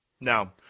Now